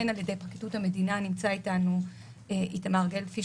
הן על ידי פרקליטות המדינה נמצא איתנו איתמר גלבפיש